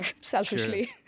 selfishly